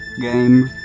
game